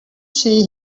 see